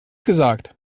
gesagt